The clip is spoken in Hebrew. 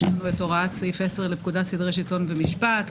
יש לנו את הוראת סעיף 10 לפקודת סדרי שלטון ומשפט.